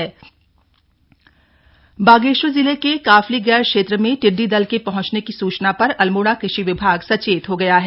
टिड्डी दल अल्मोडा बागेश्वर जिले के काफली गैर क्षेत्र में टिड्डी दल के पहंचने की सूचना पर अल्मोड़ा कृषि विभाग सचेत हो गया है